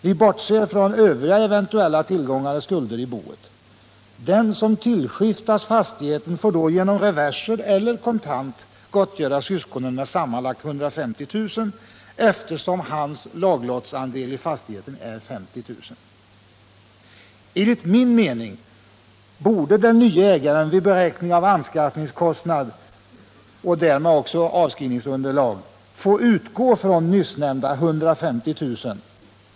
Vi bortser från övriga eventuella tillgångar och skulder i boet. Den som tillskiftas fastigheten får då genom reverser 55 eller kontant gottgöra syskonen med sammanlagt 150 000 kr., eftersom hans arvslott i fastigheten är 50 000 kr. Enligt min mening borde den nye ägaren vid beräkning av anskaffningskostnad, och därmed också avskrivningsunderlag, få utgå från nyssnämnda 150 000 kr.